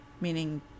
meaning